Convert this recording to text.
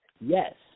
Yes